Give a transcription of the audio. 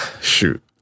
Shoot